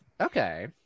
Okay